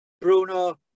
Bruno